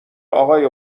آقای